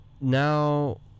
now